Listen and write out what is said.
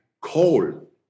coal